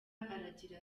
aragira